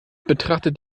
betrachtet